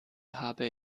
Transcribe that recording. habe